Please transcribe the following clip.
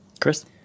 Chris